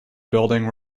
building